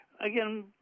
Again